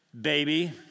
Baby